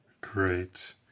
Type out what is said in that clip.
Great